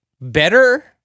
better